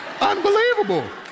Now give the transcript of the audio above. unbelievable